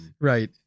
Right